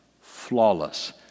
flawless